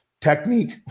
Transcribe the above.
technique